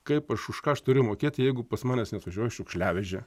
kaip aš už ką aš turiu mokėti jeigu pas manęs neatvažiuoja šiukšliavežė